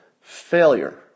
Failure